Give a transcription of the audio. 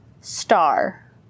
star